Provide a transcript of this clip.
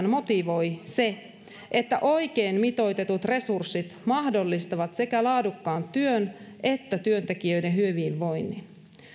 motivoi työssään se että oikein mitoitetut resurssit mahdollistavat sekä laadukkaan työn että työntekijöiden hyvinvoinnin